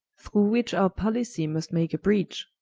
through which our pollicy must make a breach.